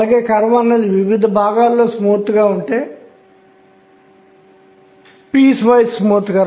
1 2 3 4 5 6 7 8 9 ఎన్ని ఉన్నాయో చూద్దాం